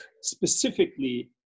specifically